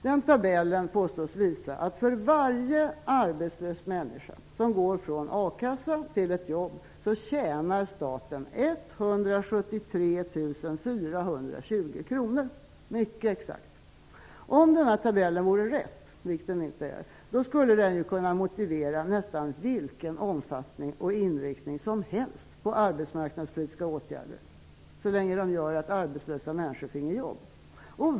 Den tabellen påstås visa att för varje arbetslös människa som går från a-kassa till ett jobb tjänar staten 173 420 kr -- mycket exakt. Om tabellen vore riktig -- vilket den inte är -- skulle vilken omfattning eller inriktning som helst kunna motiveras för arbetsmarknadspolitiska åtgärder, så länge arbetslösa människor finge jobb.